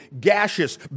gaseous